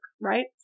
right